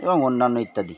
এবং অন্যান্য ইত্যাদি